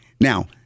Now